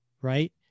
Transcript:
Right